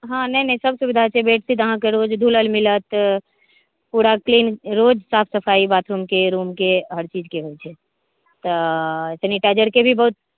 हॅं नहि नहि सभ सुविधा छै बेडशीट अहाँके रोज धुलल मिलत पुरा क्लीन रोज साफ सफाइ बाथरुमके रुमके हर चीजके होइ छै तऽ सेनिटाइजरके भी बहुत